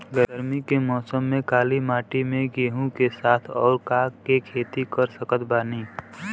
गरमी के मौसम में काली माटी में गेहूँ के साथ और का के खेती कर सकत बानी?